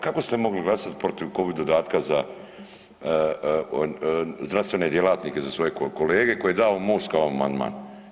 Kako ste mogli glasati protiv covid dodatka za zdravstvene djelatnike, za svoje kolege koje je dao MOST kao amandman.